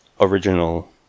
original